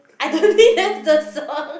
I don't think that's the song